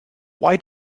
why